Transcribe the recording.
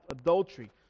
Adultery